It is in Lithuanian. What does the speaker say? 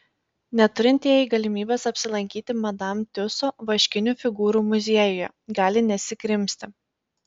neturintieji galimybės apsilankyti madam tiuso vaškinių figūrų muziejuje gali nesikrimsti